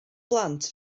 blant